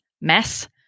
mess